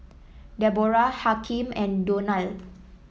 Deborrah Hakim and Donal